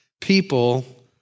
people